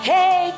Hey